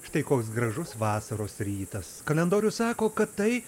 štai koks gražus vasaros rytas kalendorius sako kad tai